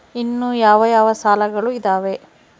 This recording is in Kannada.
ಇನ್ನು ಯಾವ ಯಾವ ಸಾಲಗಳು ಇದಾವೆ?